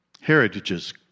heritage's